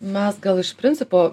mes gal iš principo